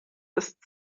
ist